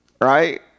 right